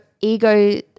ego